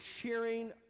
cheering